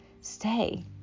stay